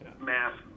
math